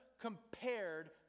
compared